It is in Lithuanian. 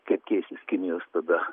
kaip keisis kinijos tada